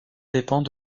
dépend